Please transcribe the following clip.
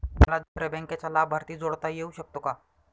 मला दुसऱ्या बँकेचा लाभार्थी जोडता येऊ शकतो का?